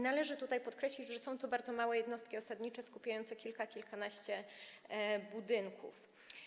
Należy tutaj podkreślić, że są to bardzo małe jednostki osadnicze skupiające kilka, kilkanaście budynków.